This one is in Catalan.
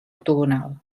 octogonal